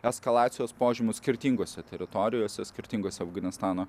eskalacijos požymių skirtingose teritorijose skirtingose afganistano